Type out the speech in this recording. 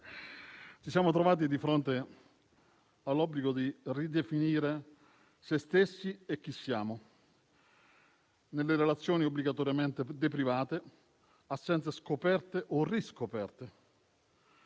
ci siamo trovati di fronte all'obbligo di ridefinire noi stessi e chi siamo, nelle relazioni obbligatoriamente deprivate, assenze scoperte o riscoperte,